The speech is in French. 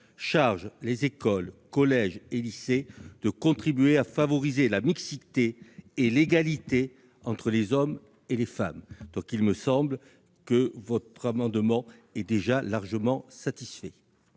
charge les écoles, collèges et lycées de contribuer à favoriser la mixité et l'égalité entre les hommes et les femmes. Cet amendement me semble donc déjà largement satisfait,